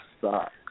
sucks